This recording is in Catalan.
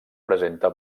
presenta